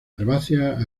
herbáceas